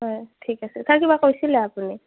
হয় ঠিক আছে ছাৰ কিবা কৈছিলে আপুনি